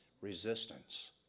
resistance